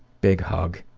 big hug.